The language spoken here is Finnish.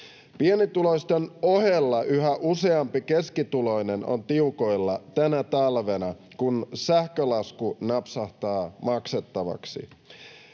Pienituloisten ohella yhä useampi keskituloinen on tiukoilla tänä talvena, kun sähkölasku napsahtaa maksettavaksi.